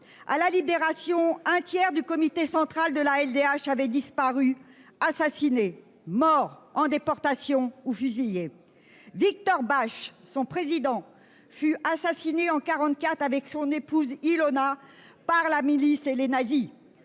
à la Libération, un tiers des membres du comité central de la LDH avaient disparu, assassinés, morts en déportation ou fusillés. Victor Basch, son président, fut assassiné en 1944 avec son épouse Ilona par la milice et les nazis.